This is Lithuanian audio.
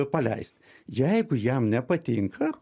paleist jeigu jam nepatinka